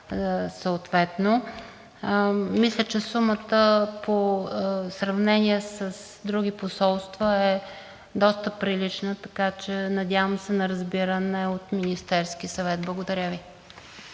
Мисля, че сумата в сравнение с други посолства е доста прилична, така че се надяваме на разбиране от Министерския съвет. Благодаря Ви.